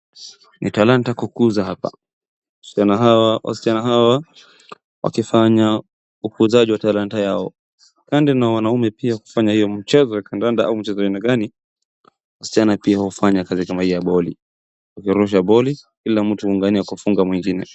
Ni talanta kukuza hapa. Wasichana hawa wakifanya ukuzaji wa talanta yao. Kando na wanaume pia kukuza hio mchezo ya kandanda au mchezo ya aina gani, wasichana pia hufanya kazi kama hiyo ya boli. Ya kurusha boli kila mtu kudhani kufunga mwengine.